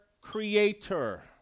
creator